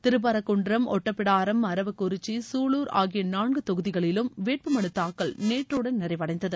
திருப்பரங்குன்றம் ஒட்டப்பிடாரம் அரவக்குறிச்சி சூலுர் ஆகிய நான்கு தொகுதிகளிலும் வேட்புமலு தாக்கல் நேற்றுடன் நிறைவடைந்தது